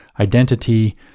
identity